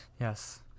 Yes